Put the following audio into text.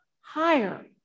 higher